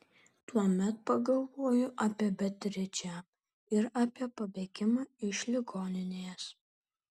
tuomet pagalvoju apie beatričę ir apie pabėgimą iš ligoninės